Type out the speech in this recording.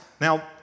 Now